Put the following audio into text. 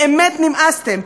באמת נמאסתם.